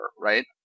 right